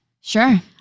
Sure